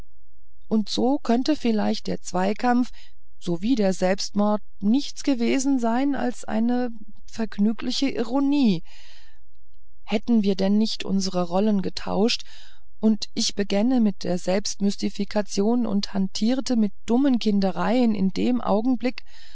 und so könnte vielleicht der zweikampf sowie der selbstmord nichts gewesen sein als eine vergnügliche ironie hätten wir denn nicht unsere rollen getauscht und ich begänne mit der selbstmystifikation und hantierte mit dummen kindereien in dem augenblick